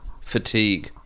fatigue